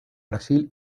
brasil